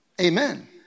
Amen